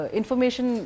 information